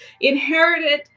inherited